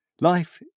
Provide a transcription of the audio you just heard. Life